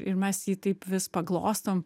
ir mes jį taip vis paglostom